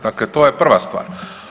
Dakle, to je prva stvar.